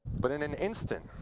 but in an instant,